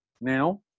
now